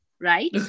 right